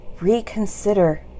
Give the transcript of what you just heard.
reconsider